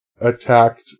attacked